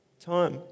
Time